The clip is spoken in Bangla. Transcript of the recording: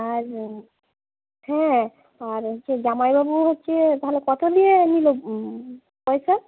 আর হ্যাঁ আর হচ্ছে জামাইবাবু হচ্ছে তাহলে কত দিয়ে নিল পয়সা